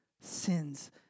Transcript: sins